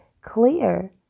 clear